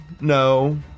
No